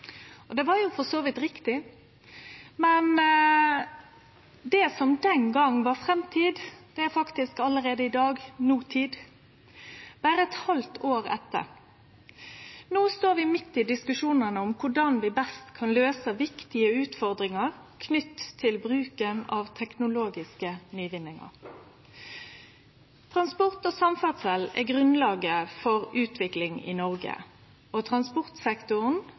Det var for så vidt riktig, men det som den gongen var framtid, er i dag notid, berre eit halvt år etter. No står vi midt i diskusjonane om korleis vi best kan løyse viktige utfordringar knytte til bruken av teknologiske nyvinningar. Transport og samferdsle er grunnlaget for utvikling i Noreg, og transportsektoren